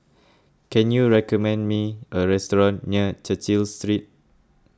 can you recommend me a restaurant near Cecil Street